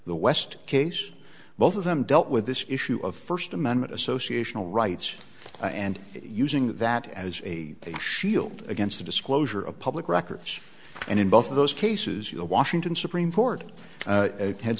the west case both of them dealt with this issue of first amendment associational rights and using that as a a shield against the disclosure of public records and in both of those cases you know washington supreme court